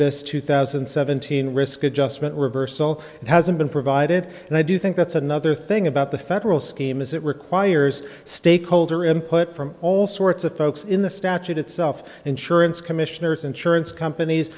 this two thousand and seventeen risk adjustment reversal hasn't been provided the i do think that's another thing about the federal scheme as it requires stakeholder input from all sorts of folks in the statute itself insurance commissioners insurance companies